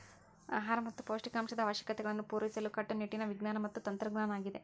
ಆಹಾರ ಮತ್ತ ಪೌಷ್ಟಿಕಾಂಶದ ಅವಶ್ಯಕತೆಗಳನ್ನು ಪೂರೈಸಲು ಕಟ್ಟುನಿಟ್ಟಿನ ವಿಜ್ಞಾನ ಮತ್ತ ತಂತ್ರಜ್ಞಾನ ಆಗಿದೆ